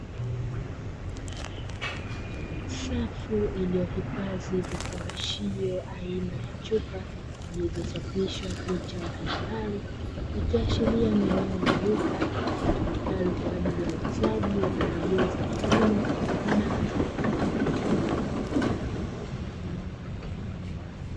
Safu iliyohifadhi vifungashio, aina ya chupa zilizo chapishwa picha mbalimbali, ikiashiria ni eneo la duka litumikalo kwa ajili ya uuzaji wa pembejeo za kilimo na dawa za mifugo .